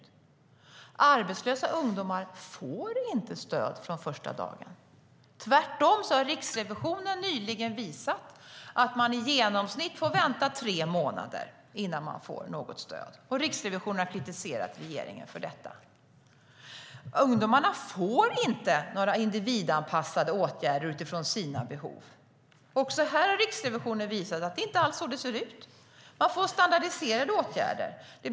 Arbetslösa ungdomar får inte stöd från första dagen, tvärtom. Riksrevisionen har nyligen visat att man i genomsnitt får vänta i tre månader innan man får något stöd. Riksrevisionen har kritiserat regeringen för detta. Ungdomarna får inte några individanpassade åtgärder utifrån sina behov. Också här har Riksrevisionen visat att det inte fungerar. Man får standardiserade åtgärder.